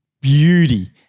beauty